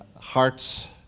hearts